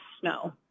snow